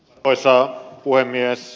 arvoisa puhemies